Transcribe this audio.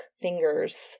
fingers